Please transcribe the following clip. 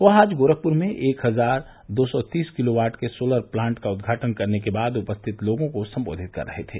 वह आज गोरखपुर में एक हजार दो सौ तीस किलोवाट के सोलर प्लांट का उदघाटन करने के बाद उपस्थित लोगों को संबोधित कर रहे थे